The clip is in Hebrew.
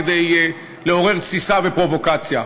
כדי לעורר תסיסה ופרובוקציה.